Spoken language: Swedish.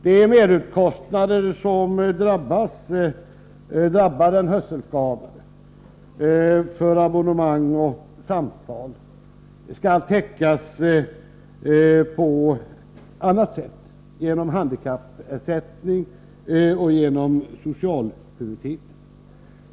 De merkostnader som drabbar den hörselskadade för abonnemang och samtal skall täckas på annat sätt, genom handikappersättning och över socialhuvudtiteln.